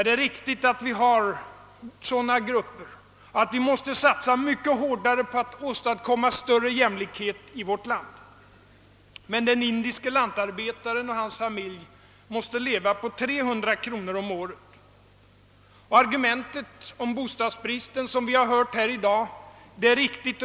Det är riktigt att vi har sådana grupper och att vi måste satsa mycket hårdare för att åstadkomma större jämlikhet i vårt land, men den indiske lantarbetaren och hans familj måste leva på 300 kronor om året. Argumentet om bostadsbristen, som vi har hört här i dag, är riktigt.